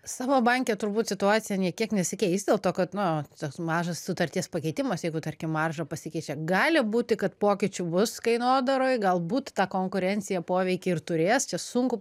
savo banke turbūt situacija nė kiek nesikeis dėl to kad na toks mažas sutarties pakeitimas jeigu tarkim marža pasikeičia gali būti kad pokyčių bus kainodaroj galbūt ta konkurencija poveikį ir turės čia sunku